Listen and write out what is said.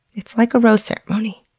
it's like a rose ceremony,